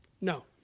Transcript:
No